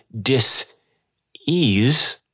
dis-ease